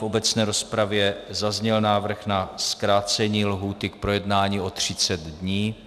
V obecné rozpravě zazněl návrh na zkrácení lhůty k projednání o 30 dní.